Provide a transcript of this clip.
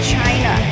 China